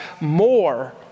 more